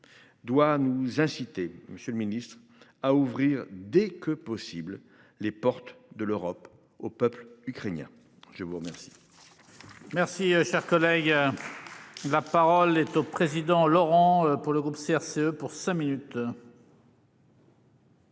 Doit nous inciter. Monsieur le Ministre à ouvrir dès que possible les portes de l'Europe au peuple ukrainien. Je vous remercie.